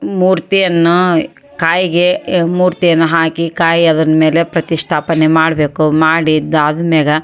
ಮೂರ್ತಿಯನ್ನು ಕಾಯಿಗೆ ಮೂರ್ತಿಯನ್ನು ಹಾಕಿ ಕಾಯಿ ಅದರ ಮೇಲೆ ಪ್ರತಿಷ್ಠಾಪನೆ ಮಾಡಬೇಕು ಮಾಡಿದ್ದು ಆದ್ಮ್ಯಾಗೆ